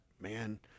man –